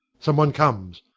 some one comes.